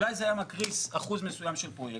אולי ה היה מקריס אחוז מסוים של פרויקטים,